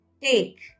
Take